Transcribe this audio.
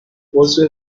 عضو